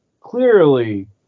clearly